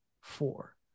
Four